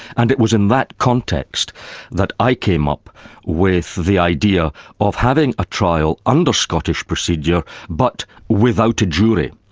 and it was in that context that i came up with the idea of having a trial under scottish procedure, but without a jury.